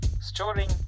storing